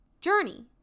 journey